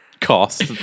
cost